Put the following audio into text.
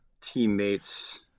teammates